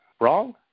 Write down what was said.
wrong